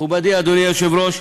מכובדי אדוני היושב-ראש,